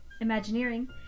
imagineering